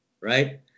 Right